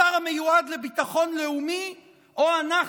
השר המיועד לביטחון לאומי או אנחנו,